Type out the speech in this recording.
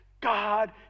God